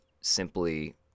simply